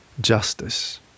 justice